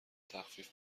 تخفیف